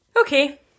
Okay